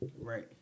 Right